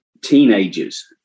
teenagers